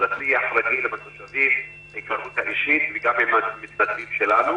בשיח רגיל עם התושבים ועם המתנדבים שלנו